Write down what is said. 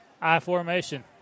I-formation